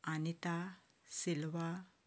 Anita Silva